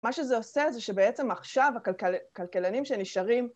מה שזה עושה, זה שבעצם עכשיו, הכלכל-כלכלנים שנשארים